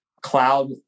cloud